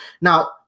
Now